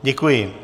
Děkuji.